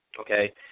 Okay